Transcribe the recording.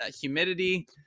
humidity